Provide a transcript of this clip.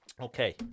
Okay